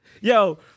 Yo